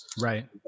right